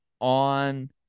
on